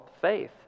faith